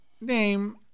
Name